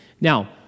Now